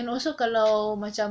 and also kalau macam